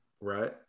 right